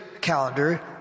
calendar